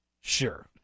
sure